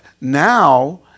now